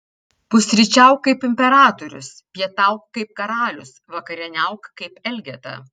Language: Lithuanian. pusryčiauk kaip imperatorius pietauk kaip karalius vakarieniauk kaip elgeta